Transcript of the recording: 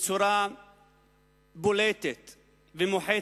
בצורה בולטת ומוחצת.